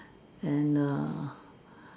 and err